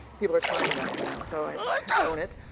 people are telling me that i am now so i own it,